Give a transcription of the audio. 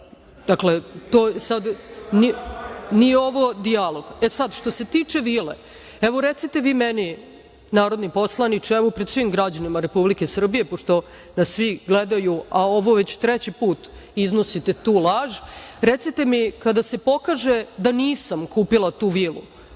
Dakle, sad nije ovo dijalog.E sad, što se tiče vile, evo recite vi meni, narodni poslaniče, evo pred svim građanima Republike Srbije pošto nas svi gledaju, a ovo već treći put iznosite tu laž, recite mi – kada se pokaže da nisam kupila tu vilu